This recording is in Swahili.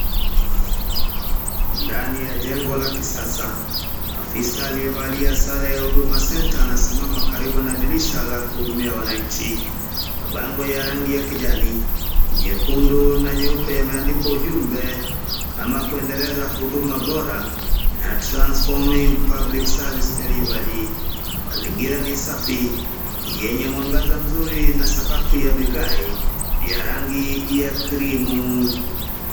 Ndani ya jengo la kisasa, afisa aliyevalia sare ya huduma centre anasimama karibu na dirisha la kuhudumia wananchi. Mabango ya rangi ya kijani, nyekundu na nyeupe yameandikwa ujumbe kama kuendeleza huduma bora na transforming public service delivery . Mazingira ni safi yenye mwangaza mzuri na sakafu ya vigae ya rangi ya krimu